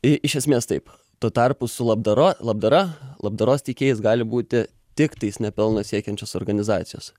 iš esmės taip tuo tarpu su labdara labdara labdaros teikėjais gali būti tiktais ne pelno siekiančios organizacijos